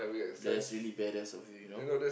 that's really badass of you you know